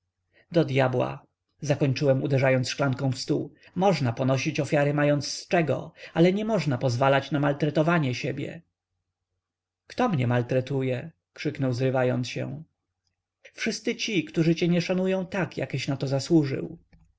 do dyabła zakończyłem uderzając szklanką w stół można ponosić ofiary mając z czego ale niemożna pozwalać na maltretowanie siebie kto mnie maltretuje krzyknął zrywając się wszyscy ci którzy cię nie szanują tak jakeś na to zasłużył